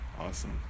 Awesome